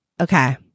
Okay